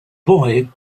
boy